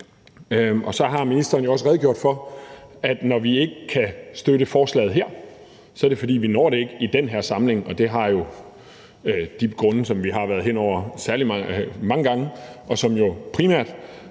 Så har ministeren jo også redegjort for, at når vi ikke kan støtte forslaget her, er det, fordi vi ikke kan nå det i den her samling af de grunde, som vi jo har været hen over mange gange, og som jo primært